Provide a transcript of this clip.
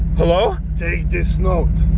hello? take this note,